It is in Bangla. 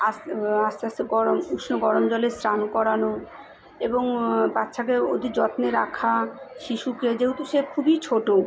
আস্তে আস্তে আস্তে গরম উষ্ণ গরম জ্বলে স্নান করানো এবং বাচ্চাকে অতি যত্নে রাখা শিশুকে যেহেতু সে খুবই ছোট